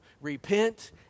Repent